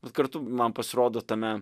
bet kartu man pasirodo tame